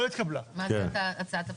מה הייתה הצעת הפשרה?